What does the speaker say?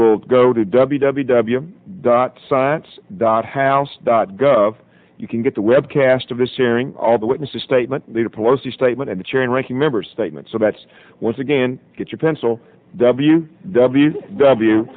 will go to w w w dot science dot house dot gov you can get the webcast of this hearing all the witnesses statement the report the statement in the chair and ranking member statement so that's once again get your pencil w w w